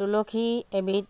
তুলসী এবিধ